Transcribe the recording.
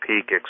peak